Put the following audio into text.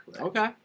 Okay